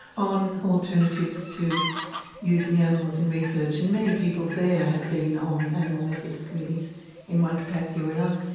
on alternatives to using animals in research. and many people there had been on animal ethics committees in one capacity or another.